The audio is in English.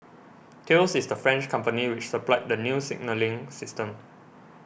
Thales is the French company which supplied the new signalling system